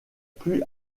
plus